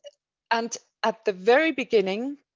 and at the very beginning,